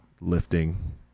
lifting